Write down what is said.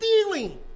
stealing